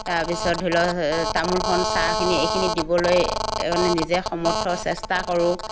তাৰপিছত ধৰি লওক তামোলখন চাহখিনি এইখিনি দিবলৈ মানে নিজে সমৰ্থ চেষ্টা কৰোঁ